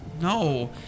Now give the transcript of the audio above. No